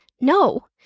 no